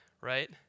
Right